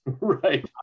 Right